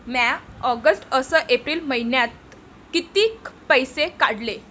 म्या ऑगस्ट अस एप्रिल मइन्यात कितीक पैसे काढले?